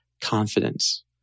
confidence